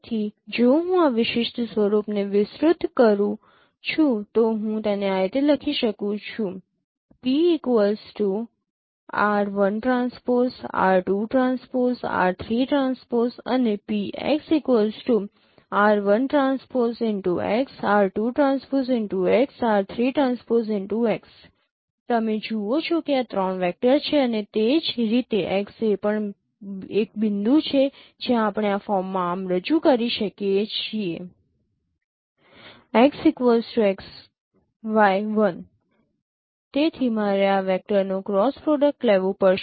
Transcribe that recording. તેથી જો હું આ વિશિષ્ટ સ્વરૂપને વિસ્તૃત કરું છું તો હું તેને આ રીતે લખી શકું છું તમે જુઓ કે આ 3 વેક્ટર છે અને તે જ રીતે x એ પણ એક બિંદુ છે જ્યાં આપણે આ ફોર્મમાં આમ રજૂ કરી શકીએ છીએ તેથી મારે આ વેક્ટર્સનું ક્રોસ પ્રોડક્ટ લેવું પડશે